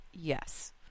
Yes